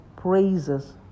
praises